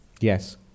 Yes